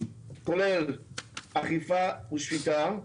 כולל אכיפה ושפיטה,